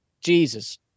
Jesus